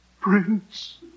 prince